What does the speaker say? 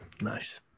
nice